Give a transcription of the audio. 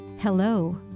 Hello